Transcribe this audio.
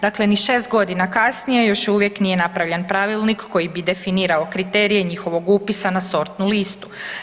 Dakle, ni 6 godina kasnije još uvijek nije napravljen pravilnik koji bi definirao kriterije njihovog upisa na sortnu listu.